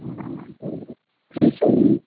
हँ तऽ ई सभ